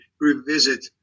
revisit